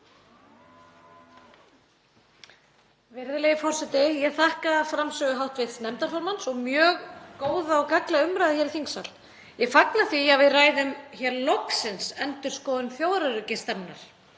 Virðulegi forseti. Ég þakka framsögu hv. nefndarformanns og mjög góða og gagnlega umræðu hér í þingsal. Ég fagna því að við ræðum hér loksins endurskoðun þjóðaröryggisstefnunnar.